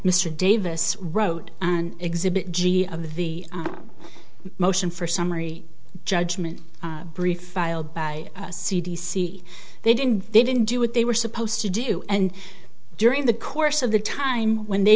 mr davis wrote an exhibit g of the motion for summary judgment brief filed by c d c they didn't they didn't do what they were supposed to do and during the course of the time when they